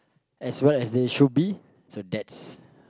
as well as they should be so that's